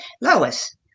Lois